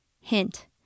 Hint